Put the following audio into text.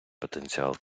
потенціал